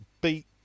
beat